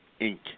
Inc